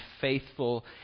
faithful